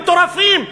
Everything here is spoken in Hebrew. מטורפים,